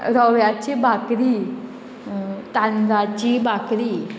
रव्याची बाकरी तांदाची बाकरी